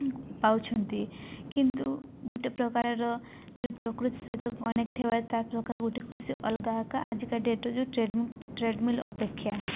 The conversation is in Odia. ପାଉଛନ୍ତି କିନ୍ତୁ ଗୋଟେ ପ୍ରକାରର ଯେଉଁ ପ୍ରକୃତି ସହିତ କନେକ୍ଟ ହେବାରେ ତା ପ୍ରକାର ଗୋଟେ ଖୁସି ଅଲଗା ଆକା ଆଜିକା ଡେଟ୍ର ଯେଉଁ ଟ୍ରେ ଟ୍ରେଡ଼ମିଲ୍ ଅପେକ୍ଷା